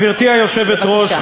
גברתי היושבת-ראש,